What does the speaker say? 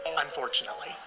Unfortunately